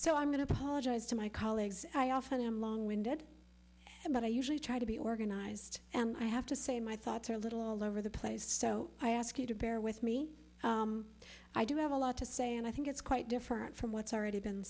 to apologize to my colleagues i often am long winded but i usually try to be organized and i have to say my thoughts are a little all over the place so i ask you to bear with me i do have a lot to say and i think it's quite different from what's already been